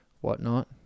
whatnot